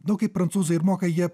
nu kaip prancūzai ir moka jie